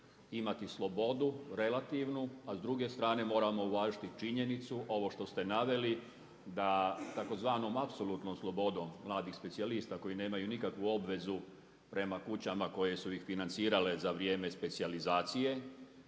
imati slobodu relativnu a s druge strane moramo uvažiti činjenicu, ovo što ste naveli da tzv. apsolutnom slobodom mladih specijalista koji nemaju nikakvu obvezu prema kućama koje su ih financirale za vrijeme specijalizacije